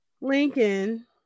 Lincoln